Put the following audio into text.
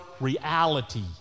reality